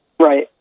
Right